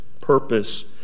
purpose